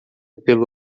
pelo